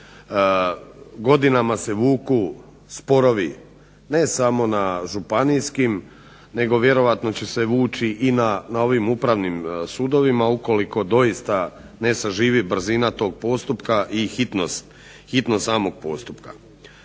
godinama se vuku sporovi ne samo na županijskim, nego vjerojatno će se vući na upravnim sudovima ukoliko doista ne saživi brzina tog postupka i hitnost samog postupka.